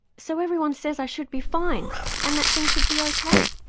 so everyone says i should be fine and that things should be okay.